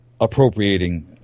appropriating